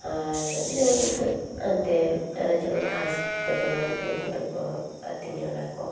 ᱟᱨ ᱡᱮᱢᱚᱱ ᱟᱱᱛᱮ ᱡᱮᱢᱚᱱ ᱜᱷᱟᱥ ᱠᱚ ᱡᱮᱢᱚᱱ ᱩᱱᱠᱚ ᱫᱚᱠᱚ ᱟᱹᱛᱤᱧᱟ ᱚᱱᱟᱠᱚ